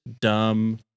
dumb